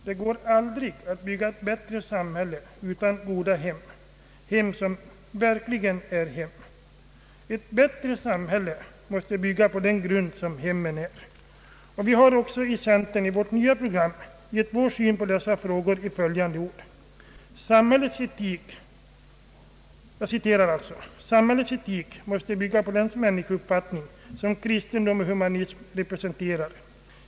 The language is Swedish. Det går aldrig att bygga ett bättre samhälle utan goda hem, hem som verkligen är hem. Ett bättre samhälle måste bygga på den grund som hemmen är och vi har också i centerns nya program gett vår syn på dessa frågor i följande ord: ”Samhällets etik måste bygga på den människouppfattning som kristendom och humanism representerar.